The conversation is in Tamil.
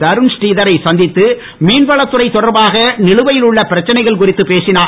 தருண் ஸ்ரீதரை சந்தித்து மீன்வளத்துறை தொடர்பாக நிலுவையில் உள்ள பிரச்சனைகள் குறித்து பேசினார்